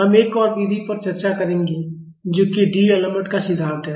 हम एक और विधि पर चर्चा करेंगे जो कि डीअलेम्बर्ट का सिद्धांत है